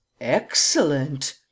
Excellent